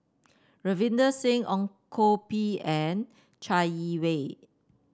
Ravinder Singh Ong Koh Bee and Chai Yee Wei